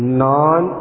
non